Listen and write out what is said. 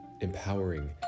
empowering